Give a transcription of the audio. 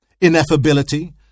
Ineffability